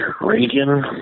Reagan